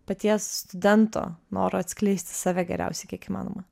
paties studento noro atskleisti save geriausiai kiek įmanoma